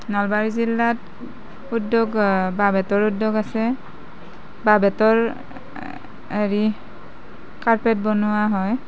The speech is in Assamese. নলবাৰী জিলাত উদ্যোগ বাঁহ বেতৰ উদ্যোগ আছে বাঁহ বেতৰ হেৰি কাৰ্পেট বনোৱা হয়